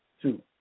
Two